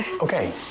okay